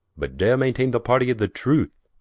but dare maintaine the partie of the truth,